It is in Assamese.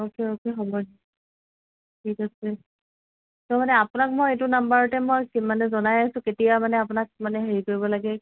ওকে ওকে হ'ব ঠিক আছে ত' মানে আপোনাক মই এইটো নাম্বাৰতে মই কি মানে জনাই আছোঁ কেতিয়া মানে আপোনাক হেৰি কৰিব লাগে